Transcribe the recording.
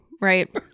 right